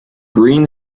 green